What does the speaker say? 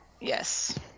Yes